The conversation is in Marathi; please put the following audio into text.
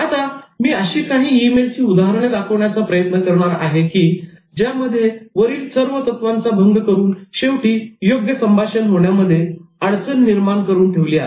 आता मी अशी काही ई मेलची उदाहरणे दाखवण्याचा प्रयत्न करणार आहे की ज्यामध्ये वरील सर्व तत्वांचा भंग करून शेवटी योग्य संभाषण होण्यामध्ये अडचण निर्माण करून ठेवली आहे